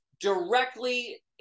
directly